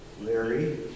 Larry